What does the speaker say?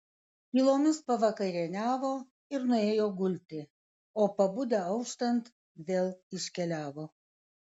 tylomis pavakarieniavo ir nuėjo gulti o pabudę auštant vėl iškeliavo